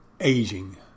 aging